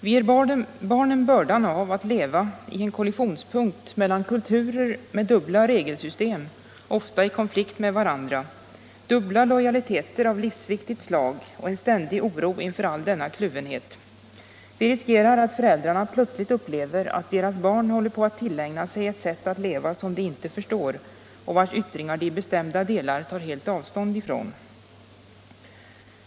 Vi ger barnen bördan av att leva i en kollisionspunkt mellan kulturer med dubbla regelsystem — ofta i konflikt med varandra — dubbla lojaliteter av livsviktigt slag och en ständig oro inför all denna kluvenhet. Vi riskerar att föräldrarna plötsligt upplever att deras barn håller på att tillägna sig ett sätt att leva som de inte förstår och vars yttringar de i bestämda delar tar helt avstånd ifrån.